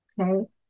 Okay